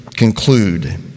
Conclude